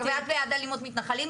את גם בעד אלימות מתנחלים?